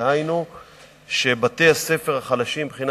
דהיינו שבתי-הספר החלשים מבחינה